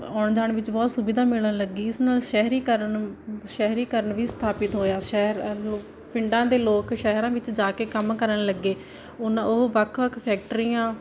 ਆਉਣ ਜਾਣ ਵਿੱਚ ਬਹੁਤ ਸੁਵਿਧਾ ਮਿਲਣ ਲੱਗੀ ਇਸ ਨਾਲ ਸ਼ਹਿਰੀਕਰਨ ਸ਼ਹਿਰੀਕਰਨ ਵੀ ਸਥਾਪਿਤ ਹੋਇਆ ਸ਼ਹਿਰ ਨੂੰ ਪਿੰਡਾਂ ਦੇ ਲੋਕ ਸ਼ਹਿਰਾਂ ਵਿੱਚ ਜਾ ਕੇ ਕੰਮ ਕਰਨ ਲੱਗੇ ਉਨ ਉਹ ਵੱਖ ਵੱਖ ਫੈਕਟਰੀਆਂ